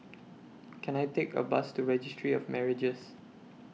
Can I Take A Bus to Registry of Marriages